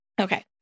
Okay